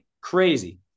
Crazy